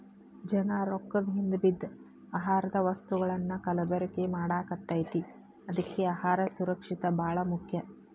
ಜನಾ ರೊಕ್ಕದ ಹಿಂದ ಬಿದ್ದ ಆಹಾರದ ವಸ್ತುಗಳನ್ನಾ ಕಲಬೆರಕೆ ಮಾಡಾಕತೈತಿ ಅದ್ಕೆ ಅಹಾರ ಸುರಕ್ಷಿತ ಬಾಳ ಮುಖ್ಯ